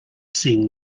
seeing